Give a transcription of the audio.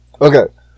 Okay